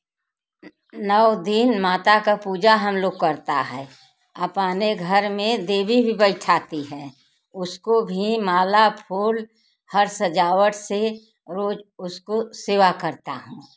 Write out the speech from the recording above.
नौ दिन माता का पूजा हम लोग करते हैं अपने घर में देवी भी बैठाती है उसको भी माला फूल हर सजावट से रोज़ उसको सेवा करते हैं